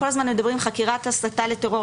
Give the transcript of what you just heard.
כל הזמן מדברים על חקירת הסתה לטרור,